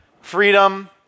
freedom